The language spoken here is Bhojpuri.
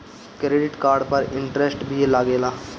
क्रेडिट कार्ड पे इंटरेस्ट भी लागेला?